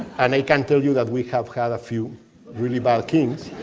and i can tell you that we have had a few really bad kings.